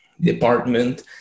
department